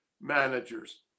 managers